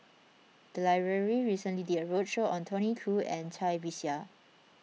the library recently did a roadshow on Tony Khoo and Cai Bixia